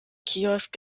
kiosk